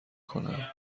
کنند